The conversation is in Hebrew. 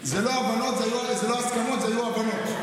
לא הסכמות, היו הבנות.